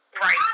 Right